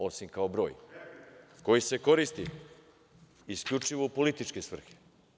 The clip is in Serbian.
Osim kao broj koji se koristi isključivo u političke svrhe.